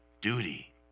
duty